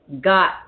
got